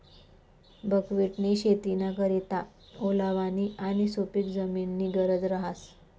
बकव्हिटनी शेतीना करता ओलावानी आणि सुपिक जमीननी गरज रहास